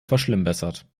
verschlimmbessert